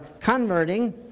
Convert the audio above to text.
converting